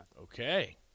Okay